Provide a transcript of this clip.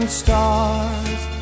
stars